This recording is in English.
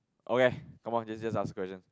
okay come on just just answer question